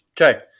Okay